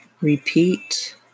Repeat